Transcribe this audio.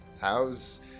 how's